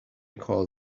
call